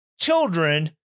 children